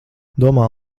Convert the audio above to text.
domā